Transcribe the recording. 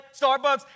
Starbucks